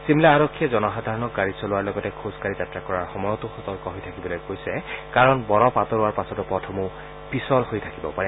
ছিমলা আৰক্ষীয়ে জনসাধাৰণক গাড়ী চলোৱাৰ লগতে খোজকাঢ়ি যাত্ৰা কৰাৰ সময়তো সতৰ্ক হৈ থাকিবলৈ কৈছে কাৰণ বৰফ আঁতৰোৱাৰ পাছতো পথসমূহ পিছল হৈ থাকিব পাৰে